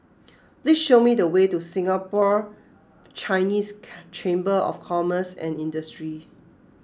please show me the way to Singapore Chinese Chamber of Commerce and Industry